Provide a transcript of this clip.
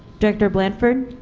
director blanford